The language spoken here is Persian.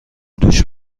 دوش